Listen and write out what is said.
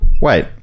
Wait